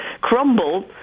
crumble